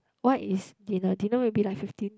what is dinner dinner maybe like fifteen